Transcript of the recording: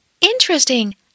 Interesting